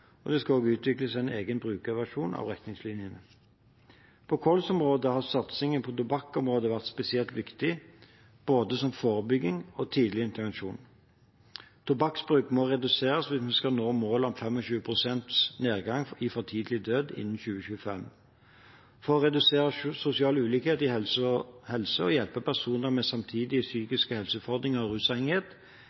og rehabilitering, og det skal også utvikles en egen brukerversjon av retningslinjene. På kols-området har satsing på tobakksområdet vært spesielt viktig, både som forebygging og som tidlig intervensjon. Tobakksbruk må reduseres hvis vi skal nå målet om 25 pst. nedgang i for tidlig død innen 2025. For å redusere sosial ulikhet i helse og hjelpe personer med samtidige psykiske helseutfordringer og rusavhengighet